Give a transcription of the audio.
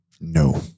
No